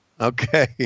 Okay